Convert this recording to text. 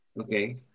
Okay